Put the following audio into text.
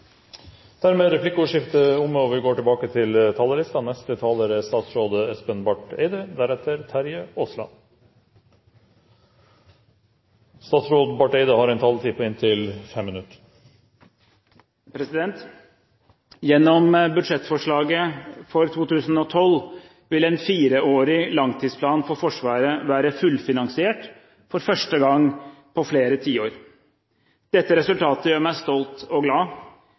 dermed omme. Gjennom budsjettforslaget for 2012 vil en fireårig langtidsplan for Forsvaret være fullfinansiert, for første gang på flere tiår. Dette resultatet gjør meg stolt og glad